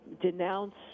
denounce